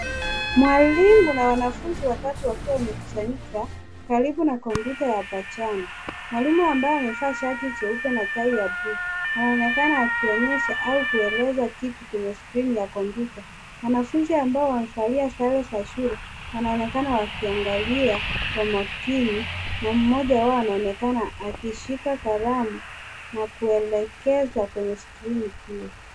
Mwalimu na wanafunzi watatu wakiwa wamekusanyika karibu na kompyuta ya bajani . Mwalimu ambaye amevaa shati jeupe na shati ya blue anaonekana akionyesha au kueleza kitu kwenye skrini ya kompyuta. Wanafunzi ambao wamevalia sare za shule wanaonekana wakiangalia kwa makini na mmoja wao anaonekana akishika kalamu na kuelekeza kwenye skrini pia.